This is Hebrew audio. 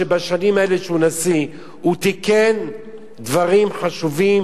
שבשנים האלה שהוא נשיא הוא תיקן דברים חשובים,